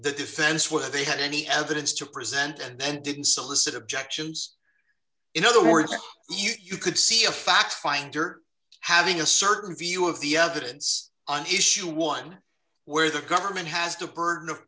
the defense whether they had any evidence to present and didn't solicit objections in other words you could see a fact finder having a certain view of the evidence and issue one where the government has the burden of